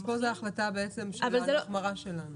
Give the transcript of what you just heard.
אז זאת בעצם החלטה של החמרה שלנו.